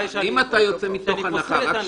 אני לא פוסל ----- אם אתה יוצא מתוך הנחה